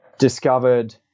discovered